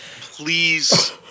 please